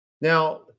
Now